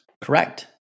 Correct